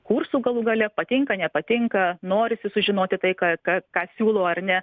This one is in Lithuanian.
kursų galų gale patinka nepatinka norisi sužinoti tai ką ką ką siūlo ar ne